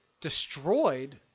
destroyed